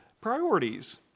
Priorities